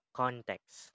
context